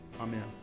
Amen